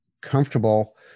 comfortable